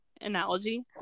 analogy